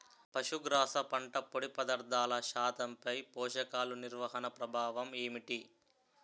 పశుగ్రాస పంట పొడి పదార్థాల శాతంపై పోషకాలు నిర్వహణ ప్రభావం ఏమిటి?